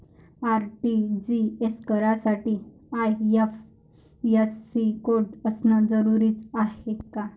RTGS करासाठी IFSC code असनं जरुरीच हाय का?